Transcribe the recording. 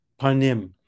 panim